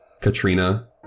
Katrina